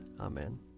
Amen